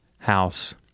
House